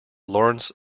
lawrence